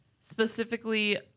specifically